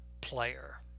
player